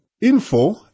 info